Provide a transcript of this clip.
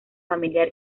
familiar